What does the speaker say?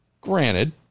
Granted